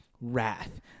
wrath